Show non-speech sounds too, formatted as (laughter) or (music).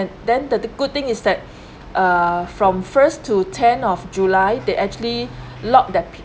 and then the the good thing is that (breath) uh from first to ten of july they actually locked the pe~